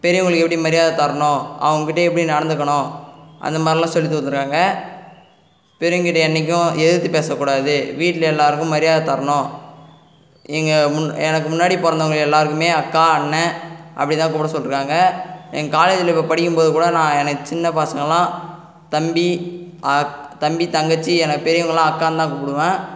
பெரியவங்களுக்கு எப்படி மரியாதை தரணும் அவங்ககிட்ட எப்படி நடந்துக்கணும் அந்த மாதிரில்லாம் சொல்லி தந்துருக்காங்க பெரியவங்க கிட்ட என்னைக்கும் எதுத்து பேசக் கூடாது வீட்டில் எல்லாருக்கும் மரியாதை தரணும் இங்கே எனக்கு முன்னாடி பிறந்தவங்க எல்லாருக்குமே அக்கா அண்ணன் அப்படி தான் கூப்பிட சொல்லியிருக்காங்க எங்கள் காலேஜில் இப்போ படிக்கும் போது கூட நான் எனக்கு சின்ன பசங்களல்லாம் தம்பி அ தம்பி தங்கச்சி எனக்கு பெரியவங்களல்லாம் அக்கானு தான் கூப்பிடுவேன்